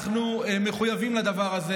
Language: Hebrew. אנחנו מחויבים לדבר הזה.